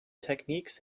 techniques